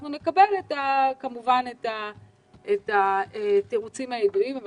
אנחנו כמובן נקבל את התירוצים הידועים אבל